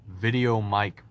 VideoMic